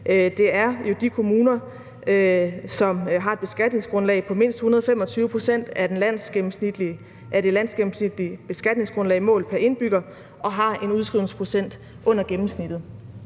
Det er jo de kommuner, som har et beskatningsgrundlag på mindst 125 pct. af det landsgennemsnitlige beskatningsgrundlag målt pr. indbygger og har en udskrivningsprocent under gennemsnittet.